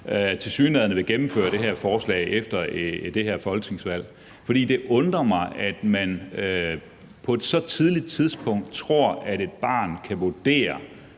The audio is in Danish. tilsyneladende vil gennemføre det her forslag efter det her folketingsvalg. For det undrer mig, at man tror, at et barn på et så tidligt tidspunkt kan vurdere,